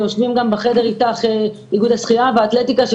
ויושבים בחדר פה איגוד האתלטיקה והשחייה וכו',